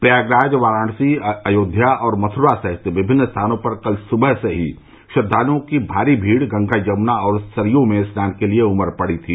प्रयागराज वाराणसी अयोध्या और मंथ्रा सहित विभिन्न स्थानों पर कल सुबह से ही श्रद्वालुओं की भारी भीड़ गंगा यमुना और सरयू में स्नान के लिए उमड़ पड़ी थी